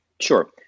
Sure